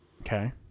Okay